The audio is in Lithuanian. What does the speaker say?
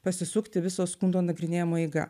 pasisukti viso skundo nagrinėjimo eiga